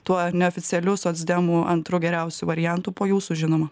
tuo neoficialiu socdemų antru geriausiu variantu po jūsų žinoma